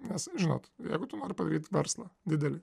nes žinot jeigu tu nori padaryt verslą didelį